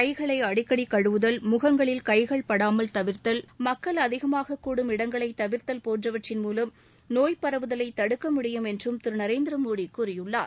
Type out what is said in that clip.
கைகளை அடிக்கடி குழவுதல் முகங்களில் கைகள் படாமல் தவிர்த்தல் மக்கள் அதிகமாகக் கூடும் இடங்களை தவிர்த்தல் போன்றவற்றின் மூலம் நோய் பரவுதலை தடுக்க முடியும் என்றும் திரு நரேந்திர மோடி கூறியுள்ளார்